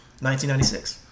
1996